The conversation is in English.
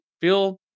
Feel